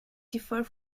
differ